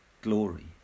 glory